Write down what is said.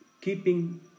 keeping